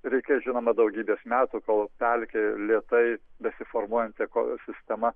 reikės žinoma daugybės metų kol pelkė lėtai besiformuojanti ekosistema